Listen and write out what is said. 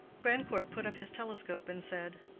grandcourt put up his telescope and said,